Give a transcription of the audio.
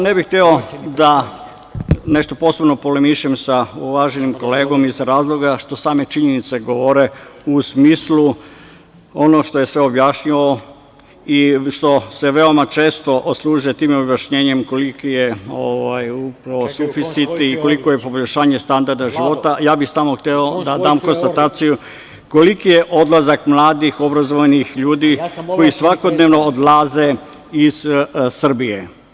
Ne bih hteo da nešto posebno polemišem sa uvaženim kolegom iz razloga što same činjenice govore u smislu, ono što je sve objasnio i što se veoma često služe tim objašnjenjem koliki je suficit i koliko je poboljšanje standarda života, ja bi samo hteo da dam konstataciju, koliki je odlazak mladih, obrazovanih ljudi koji svakodnevno odlaze iz Srbije?